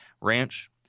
ranch